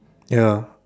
ya